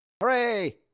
Hooray